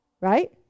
right